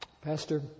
Pastor